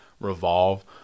Revolve